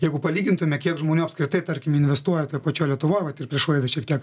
jeigu palygintume kiek žmonių apskritai tarkim investuoja toj pačioj lietuvoj vat ir prieš laidą šiek tiek